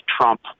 Trump